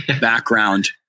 background